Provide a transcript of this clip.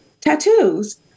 tattoos